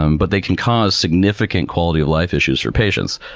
um but they can cause significant quality of life issues for patients.